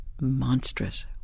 monstrous